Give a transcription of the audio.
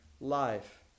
life